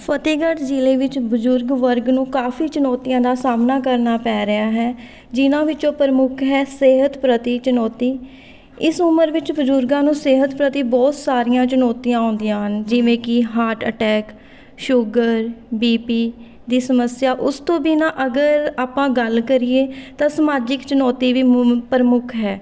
ਫਤਿਹਗੜ੍ਹ ਜ਼ਿਲ੍ਹੇ ਵਿੱਚ ਬਜ਼ੁਰਗ ਵਰਗ ਨੂੰ ਕਾਫੀ ਚੁਨੌਤੀਆਂ ਦਾ ਸਾਹਮਣਾ ਕਰਨਾ ਪੈ ਰਿਹਾ ਹੈ ਜਿਨ੍ਹਾਂ ਵਿੱਚੋਂ ਪ੍ਰਮੁੱਖ ਹੈ ਸਿਹਤ ਪ੍ਰਤੀ ਚੁਨੌਤੀ ਇਸ ਉਮਰ ਵਿੱਚ ਬਜ਼ੁਰਗਾਂ ਨੂੰ ਸਿਹਤ ਪ੍ਰਤੀ ਬਹੁਤ ਸਾਰੀਆਂ ਚੁਨੌਤੀਆਂ ਆਉਂਦੀਆਂ ਹਨ ਜਿਵੇਂ ਕਿ heart attack sugar B P ਦੀ ਸਮੱਸਿਆ ਉਸ ਤੋਂ ਬਿਨਾਂ ਅਗਰ ਆਪਾਂ ਗੱਲ ਕਰੀਏ ਤਾਂ ਸਮਾਜਿਕ ਚੁਨੌਤੀ ਵੀ ਪ੍ਰਮੁੱਖ ਹੈ